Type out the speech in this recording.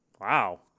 Wow